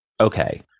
Okay